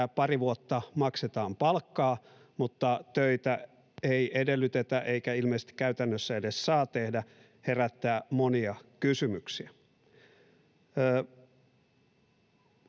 pari vuotta maksetaan palkkaa mutta töitä ei edellytetä eikä ilmeisesti käytännössä edes saa tehdä, herättää monia kysymyksiä.